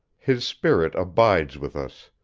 his spirit abides with us,